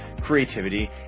creativity